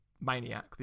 Maniac